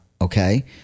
okay